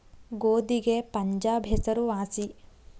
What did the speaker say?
ಗೋಧಿಗೆ ಪಂಜಾಬ್ ಹೆಸರು ವಾಸಿ